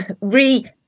re